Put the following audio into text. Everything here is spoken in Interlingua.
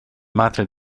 matre